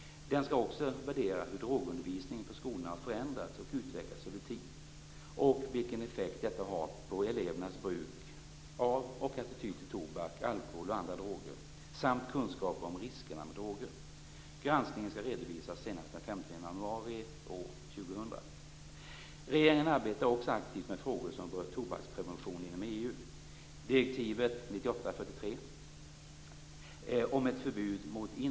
Den skall också värdera hur drogundervisningen på skolorna har förändrats och utvecklats över tid och vilken effekt detta haft på elevernas bruk av och attityder till tobak, alkohol och andra droger samt kunskaper om riskerna med droger. Granskningen skall redovisas senast den 15 januari år Regeringen arbetar också aktivt med frågor som berör tobaksprevention inom EU.